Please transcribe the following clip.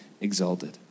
exalted